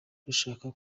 rushaka